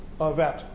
event